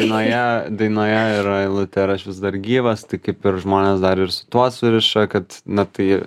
vienoje dainoje yra eilutė ar aš vis dar gyvas tai kaip ir žmonės dar ir su tuo suriša kad na tai